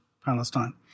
Palestine